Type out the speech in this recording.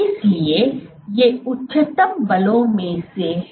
इसलिए ये उच्चतम बलों में से हैं